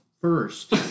first